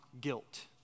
guilt